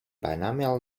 binomial